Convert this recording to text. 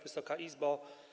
Wysoka Izbo!